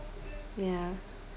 ya